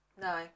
No